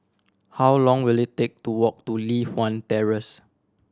how long will it take to walk to Li Hwan Terrace